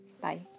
Bye